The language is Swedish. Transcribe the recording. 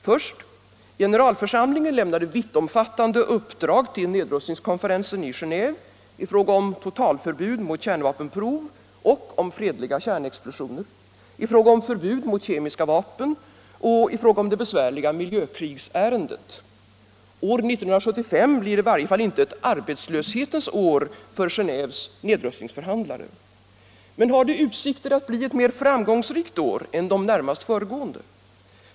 Först: generalförsamlingen lämnade vittomfattande uppdrag till nedrustningskonferensen i Genéve i fråga om totalt förbud mot kärnvapenprov och om fredliga kärnexplosioner, i fråga om förbud mot kemiska vapen och i fråga om det besvärliga miljökrigsärendet. År 1975 blir i varje fall icke ett arbetslöshetens år för Genéves nedrustningsförhandlare. Men har det utsikter att bli ett mer framgångsrikt år än det närmast föregående?